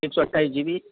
एक सौ अट्ठाईस जी बी